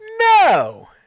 No